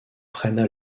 prennent